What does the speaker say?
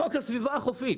חוק הסביבה החופית.